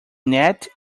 net